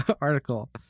article